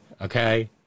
okay